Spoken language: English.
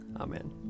Amen